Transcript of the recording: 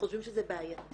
וחושבים שזה בעייתי.